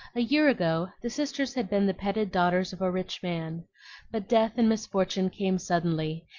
a year ago the sisters had been the petted daughters of a rich man but death and misfortune came suddenly,